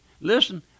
Listen